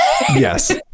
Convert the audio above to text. yes